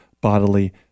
bodily